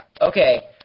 okay